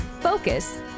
focus